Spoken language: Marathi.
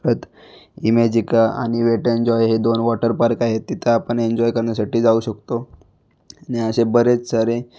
परत इमॅजिका आणि वेट एंजॉय हे दोन वॉटरपार्क आहेत तिथंं आपण एंजॉय करण्यासाठी जावू शकतो आणि असे बरेच सारे